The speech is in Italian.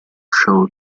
show